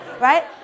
right